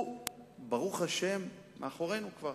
ברוך השם כבר מאחורינו.